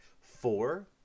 four